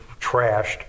trashed